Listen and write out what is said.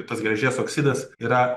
tas geležies oksidas yra